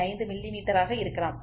5 மில்லிமீட்டராக இருக்கலாம்